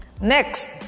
Next